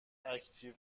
اکتیو